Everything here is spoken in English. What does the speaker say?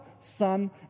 Son